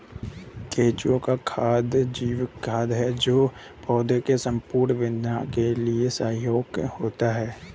केंचुए का खाद जैविक खाद है जो पौधे के संपूर्ण वर्धन के लिए सहायक होता है